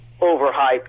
overhyped